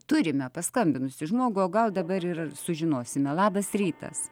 turime paskambinusį žmogų o gal dabar ir sužinosime labas rytas